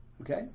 Okay